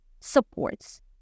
supports